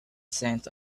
scent